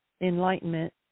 enlightenment